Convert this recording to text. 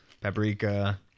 paprika